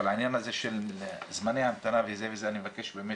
אבל העניין הזה של זמני המתנה וזה, אני מבקש באמת